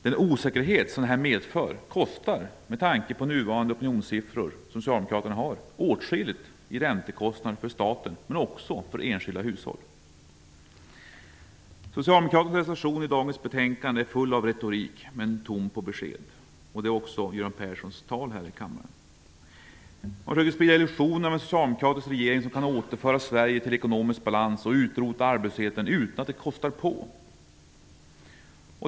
Den osäkerhet detta medför, med tanke på de nuvarande opinionssiffror som Socialdemokraterna har fått, innebär åtskilliga räntekostnader för staten och de enskilda hushållen. Socialdemokraternas reservation till dagens betänkande är full av retorik, men tom på besked. Det gäller också Göran Perssons tal i kammaren. Han försöker sprida illusionen av en socialdemokratisk regering som kan återföra Sverige till ekonomisk balans och utrota arbetslösheten utan att det kostar på.